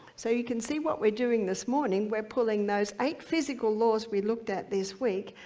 so you can see what we're doing this morning we're pulling those eight physical laws we looked at this week,